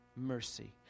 mercy